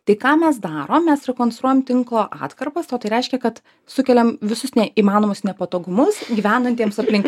tai ką mes darom mes rekonstruojam tinklo atkarpas o tai reiškia kad sukeliam visus neįmanomus nepatogumus gyvenantiems aplink